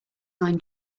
line